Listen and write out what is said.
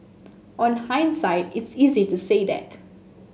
on hindsight it's easy to say that